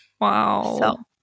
Wow